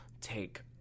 take